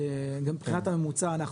גם מבחינת הממוצע אנחנו